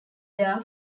there